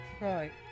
right